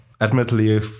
admittedly